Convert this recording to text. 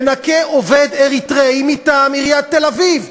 מנקה עובד אריתריאי מטעם עיריית תל-אביב.